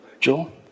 joel